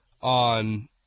on